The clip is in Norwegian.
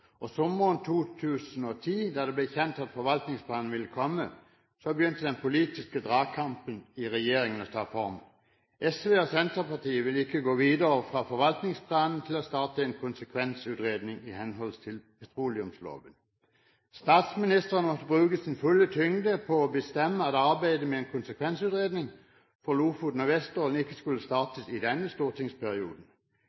jevnlig. Sommeren 2010, da det ble kjent at forvaltningsplanen ville komme, begynte den politiske dragkampen i regjeringen å ta form. SV og Senterpartiet ville ikke gå videre fra forvaltningsplanen til å starte en konsekvensutredning i henhold til petroleumsloven. Statsministeren måtte bruke sin fulle tyngde på å bestemme at arbeidet med en konsekvensutredning for Lofoten og Vesterålen ikke skulle